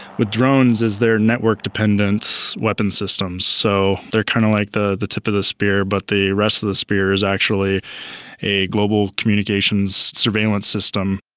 with drones they're network dependent weapon systems, so they're kind of like the the tip of the spear but the rest of the spear is actually a global communications surveillance system.